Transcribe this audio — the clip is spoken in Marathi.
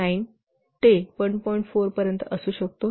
4 पर्यंत असू शकतो